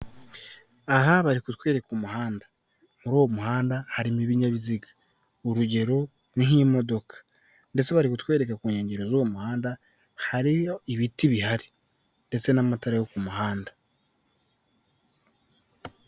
Aha bari kutwereka umuhanda. Muri uwo muhanda harimo ibinyabiziga. Urugero nk'imodoka ndetse bari kutwereka ku nkengero z'uwo muhanda, hariyo ibiti bihari ndetse n'amatara yo ku muhanda.